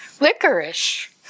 Licorice